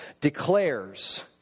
declares